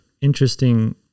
interesting